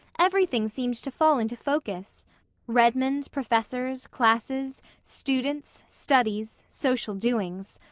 everything seemed to fall into focus redmond, professors, classes, students, studies, social doings.